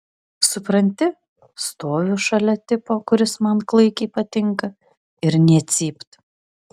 supranti stoviu šalia tipo kuris man klaikiai patinka ir nė cypt